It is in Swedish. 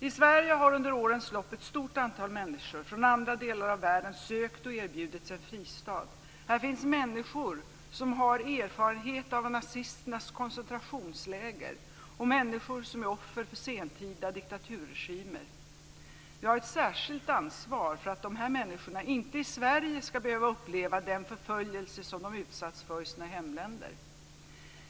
I Sverige har under årens lopp ett stort antal människor från andra delar av världen sökt och erbjudits en fristad. Här finns människor som har erfarenhet av nazisternas koncentrationsläger och människor som är offer för sentida diktaturregimer. Vi har ett särskilt ansvar för att de här människorna inte i Sverige ska behöva uppleva den förföljelse som de utsatts för i sina hemländer.